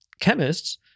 chemists